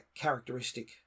characteristic